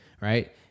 Right